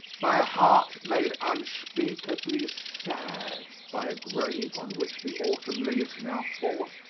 by a heart made unspeakably sad by a grave on which the autumn leaves now fall,